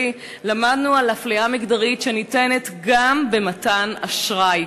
למדנו על אפליה מגדרית גם במתן אשראי,